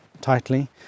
tightly